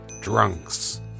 drunks